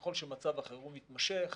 ככל שמצב החירום מתמשך,